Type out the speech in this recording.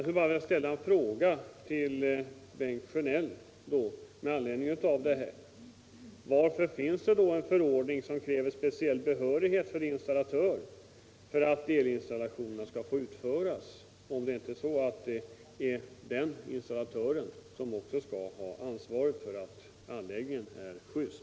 Får jag då bara fråga Bengt Sjönell: Varför finns det en förordning som kräver speciell behörighet för installatörer för att elinstallation skall få utföras, om det inte är så att det är installatören som också skall ha ansvaret för att anläggningen är just?